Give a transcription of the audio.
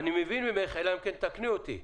אני מבין ממך, אלא אם תתקני אותי,